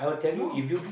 no